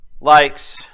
likes